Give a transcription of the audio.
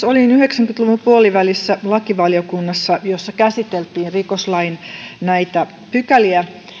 olin yhdeksänkymmentä luvun puolivälissä lakivaliokunnassa jossa käsiteltiin näitä rikoslain pykäliä